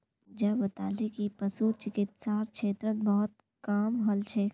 पूजा बताले कि पशु चिकित्सार क्षेत्रत बहुत काम हल छेक